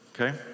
okay